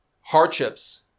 hardships